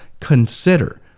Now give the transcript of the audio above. consider